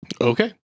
Okay